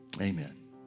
Amen